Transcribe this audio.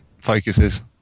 focuses